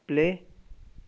play